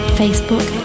facebook